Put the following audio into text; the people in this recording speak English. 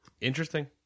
Interesting